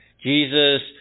Jesus